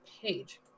page